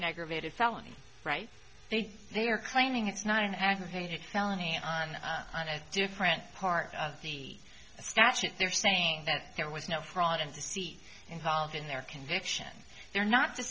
an aggravated felony right they are claiming it's not an aggravated felony and on on a different part of the statute they're saying that there was no fraud and deceit involved in their conviction they're not